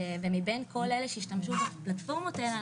מבין כל אלה שהשתמשו בפלטפורמות האלה,